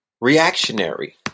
reactionary